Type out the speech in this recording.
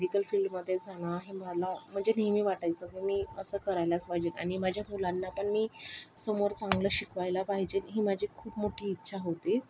medical फील्डमध्येच हे मला म्हणजे नेहमी वाटायचं की मी असं करायलाच पाहिजे आणि माझ्या मुलांना पण मी समोर चांगलं शिकवायला पाहिजे ही माझी खूप मोठी इच्छा होती